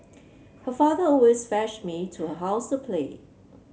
her father always fetched me to her house to play